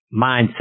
mindset